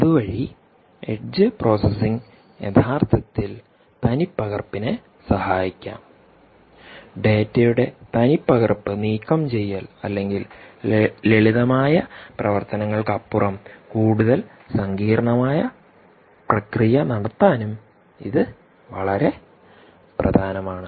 അതുവഴി edge processing യഥാർത്ഥത്തിൽ തനിപ്പകർപ്പിനെ സഹായിക്കാം ഡാറ്റയുടെ തനിപ്പകർപ്പ് നീക്കംചെയ്യൽ അല്ലെങ്കിൽ ലളിതമായ പ്രവർത്തനങ്ങൾക് അപ്പുറം കൂടുതൽ സങ്കീർണ്ണമായ പ്രക്രിയ നടത്താനും ഇത് വളരെ പ്രധാനമാണ്